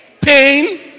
Pain